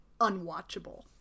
unwatchable